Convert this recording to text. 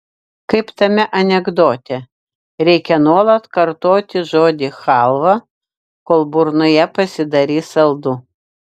kaip tame anekdote reikia nuolat kartoti žodį chalva kol burnoje pasidarys saldu